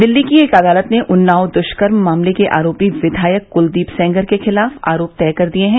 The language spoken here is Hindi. दिल्ली की एक अदालत ने उन्नाव दुष्कर्म मामले के आरोपी विधायक कुलदीप सेंगर के खिलाफ आरोप तय कर दिए हैं